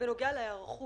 תקציב של 56 מיליון שקל.